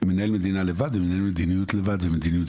מנהל מדינה לבד ומנהל מדיניות לבד ומדיניותו